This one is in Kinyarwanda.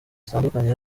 zitandukanye